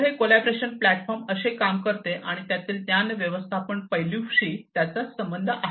तर हे collaboration platform असे काम करते आणि त्यातील ज्ञान व्यवस्थापन पैलूशी त्याचा असा संबंध आहे